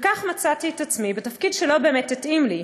וכך מצאתי את עצמי בתפקיד שלא באמת התאים לי,